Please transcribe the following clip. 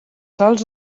sòls